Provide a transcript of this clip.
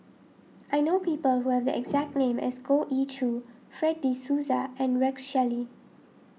I know people who have the exact name as Goh Ee Choo Fred De Souza and Rex Shelley